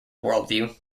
worldview